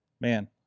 man